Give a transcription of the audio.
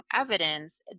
evidence